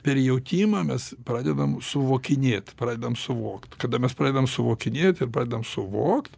per jautimą mes pradedam suvokinėt pradedam suvokt kada mes pradedam suvokinėt ir pradedam suvokt